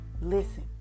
Listen